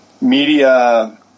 media